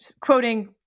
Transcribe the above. quoting-